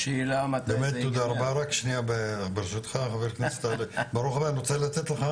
באמת תודה רבה, אני רוצה לתת לך